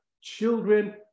children